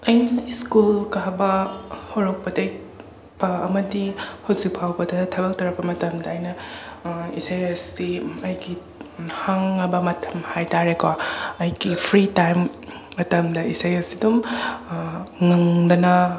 ꯑꯩꯅ ꯁ꯭ꯀꯨꯜ ꯀꯥꯕ ꯍꯧꯔꯛꯄꯗꯩ ꯄ ꯑꯃꯗꯤ ꯍꯧꯖꯤꯛꯐꯥꯎꯕꯗ ꯊꯕꯛ ꯇꯧꯔꯛꯄ ꯃꯇꯝꯗ ꯑꯩꯅ ꯏꯁꯩ ꯑꯁꯤ ꯑꯩꯒꯤ ꯍꯥꯡꯉꯕ ꯃꯇꯝ ꯍꯥꯏꯇꯔꯦꯀꯣ ꯑꯩꯒꯤ ꯐ꯭ꯔꯤ ꯇꯥꯏꯝ ꯃꯇꯝꯗ ꯏꯁꯩ ꯑꯁꯤꯗꯨꯝ ꯉꯪꯗꯅ